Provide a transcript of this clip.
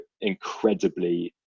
incredibly